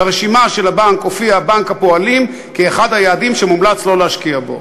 ברשימה של הבנק הופיע בנק הפועלים כאחד היעדים שמומלץ שלא להשקיע בו.